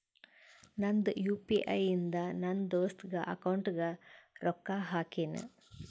ನಂದ್ U P I ಇಂದ ನನ್ ದೋಸ್ತಾಗ್ ಅಕೌಂಟ್ಗ ರೊಕ್ಕಾ ಹಾಕಿನ್